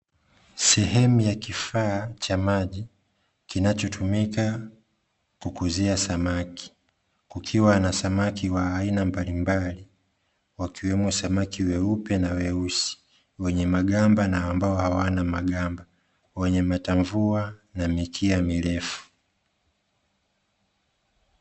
Sehemu ya kifaa cha maji kinachotumika kukuzia samaki, kukiwa na samaki wa aina mbalimbali, wakiwemo samaki weupe na weusi, wenye magamba na ambao hawana magamba, wenye matamvua na mikia mirefu.